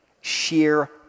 Sheer